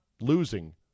losing